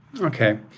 Okay